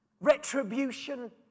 retribution